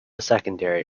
secondary